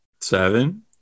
seven